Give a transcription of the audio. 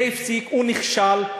זה הפסיק, הוא נכשל.